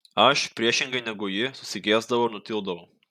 aš priešingai negu ji susigėsdavau ir nutildavau